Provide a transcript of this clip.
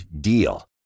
DEAL